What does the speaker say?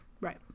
right